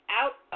out